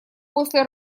после